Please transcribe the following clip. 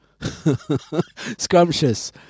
Scrumptious